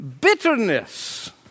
bitterness